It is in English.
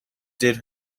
did